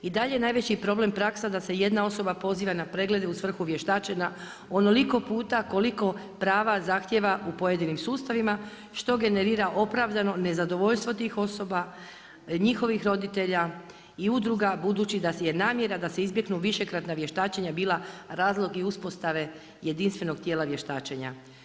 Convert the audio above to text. I dalje je najveći problem praksa da se jedna osoba poziva na preglede u svrhu vještačenja onoliko puta koliko prava zahtjeva u pojedinim sustavima što generira opravdano nezadovoljstvo tih osoba, njihovih roditelja i udruga budući da je namjera da se izbjegnu višekratna vještačenja bila razlog i uspostave jedinstvenog tijela vještačenja.